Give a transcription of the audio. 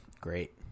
Great